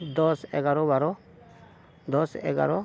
ᱫᱚᱥ ᱮᱜᱟᱨᱚ ᱵᱟᱨᱚ ᱫᱚᱥ ᱮᱜᱟᱨᱚ